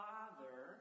Father